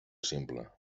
simple